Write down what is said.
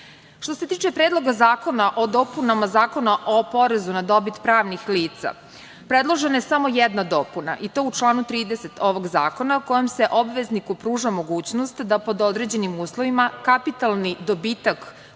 se tiče Predloga zakona o dopunama Zakona o porezu na dobit pravnih lica, predložena je samo jedna dopuna i to u članu 30. ovog zakona, kojem se obvezniku pruža mogućnost da pod određenim uslovima kapitalni dobitak,